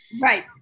Right